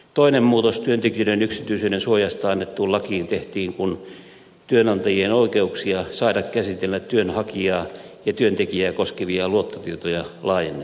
toinen muutos työntekijöiden yksityisyyden suojasta annettuun lakiin tehtiin kun työnantajien oikeuksia saada käsitellä työnhakijaa ja työntekijää koskevia luottotietoja laajennettiin